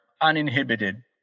uninhibited